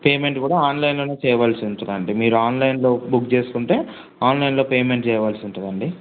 payment కూడా ఆన్లైన్లోనే చేయవలసి ఉంటుందండి మీరు ఆన్లైన్లో బుక్ చేసుకుంటే ఆన్లైన్లో పేమెంట్ చేయవలసి ఉంటుందండి